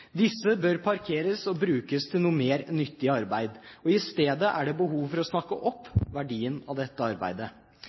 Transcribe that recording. Disse bør parkeres og brukes til noe mer nyttig arbeid. I stedet er det behov for å snakke opp verdien av dette arbeidet.